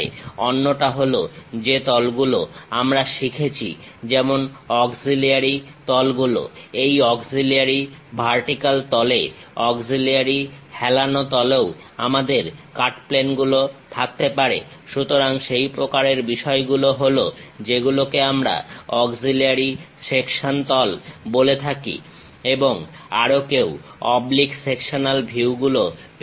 অন্যটা হল যে তলগুলো আমরা শিখেছি যেমন অক্সিলিয়ারি তলগুলো এই অক্সিলিয়ারি ভার্টিক্যাল তলে অক্সিলিয়ারি হেলানো তলেও আমাদের কাট প্লেন গুলো থাকতে পারে সুতরাং সেই প্রকারের বিষয়গুলো হল যেগুলোকে আমরা অক্সিলিয়ারি সেকশন তল বলে থাকি এবং আরো কেউ অবলিক সেকশনাল ভিউগুলো পেতে পারে